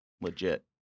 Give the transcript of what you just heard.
legit